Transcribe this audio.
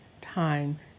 time